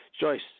Joyce